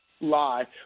lie